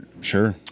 Sure